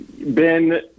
Ben